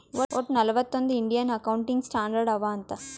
ವಟ್ಟ ನಲ್ವತ್ ಒಂದ್ ಇಂಡಿಯನ್ ಅಕೌಂಟಿಂಗ್ ಸ್ಟ್ಯಾಂಡರ್ಡ್ ಅವಾ ಅಂತ್